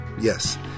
Yes